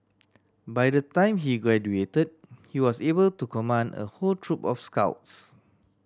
by the time he graduated he was able to command a whole troop of scouts